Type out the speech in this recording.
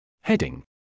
Heading